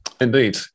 indeed